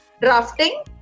drafting